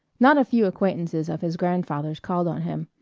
not a few acquaintances of his grandfather's called on him,